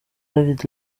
david